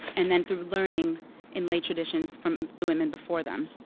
and then through learning in late traditions from the women before them.